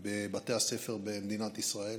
בבתי הספר במדינת ישראל